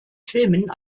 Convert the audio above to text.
filmen